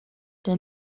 der